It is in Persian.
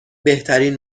بهترین